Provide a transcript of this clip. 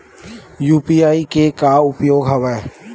UPI के का उपयोग हवय?